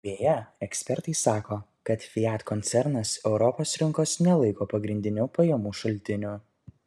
beje ekspertai sako kad fiat koncernas europos rinkos nelaiko pagrindiniu pajamų šaltiniu